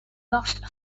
lost